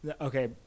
Okay